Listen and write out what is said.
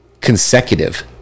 consecutive